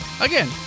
Again